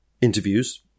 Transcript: interviews